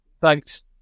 thanks